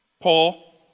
Paul